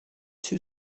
two